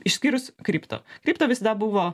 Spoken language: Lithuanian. išskyrus kripto kripto visada buvo